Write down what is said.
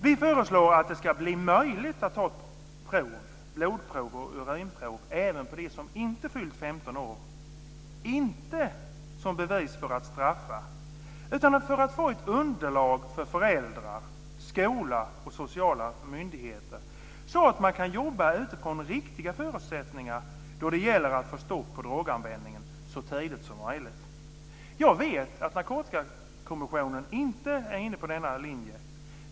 Vi föreslår att det ska bli möjligt att ta prov - blodprov och urinprov - även på dem som inte fyllt 15 år, inte som bevis för att straffa utan för att få ett underlag för föräldrar, skola och sociala myndigheter, så att man kan jobba utifrån riktiga förutsättningar då det gäller att få stopp på droganvändningen så tidigt som möjligt. Jag vet att Narkotikakommissionen inte är inne på denna linje.